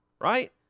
right